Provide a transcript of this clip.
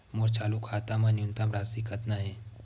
मोर चालू खाता मा न्यूनतम राशि कतना हे?